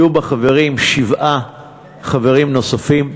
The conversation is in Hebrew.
יהיו בה חברים, שבעה חברים נוספים.